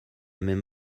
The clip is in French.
même